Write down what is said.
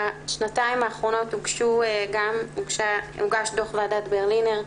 ובשנתיים האחרונות הוגש דו"ח ועדת ברלינר,